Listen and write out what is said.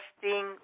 testing